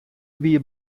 wie